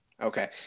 Okay